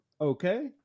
Okay